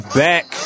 back